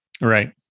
Right